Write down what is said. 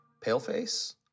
Paleface